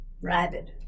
rabid